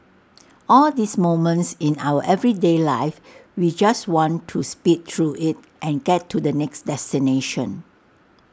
all these moments in our everyday life we just want to speed through IT and get to the next destination